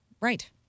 Right